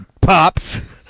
Pops